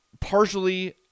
partially